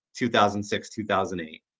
2006-2008